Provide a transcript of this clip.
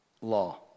law